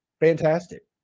fantastic